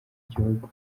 gihugu